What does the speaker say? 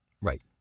Right